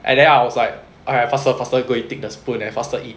and then I was like alright faster faster take the spoon and faster eat